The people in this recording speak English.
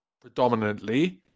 predominantly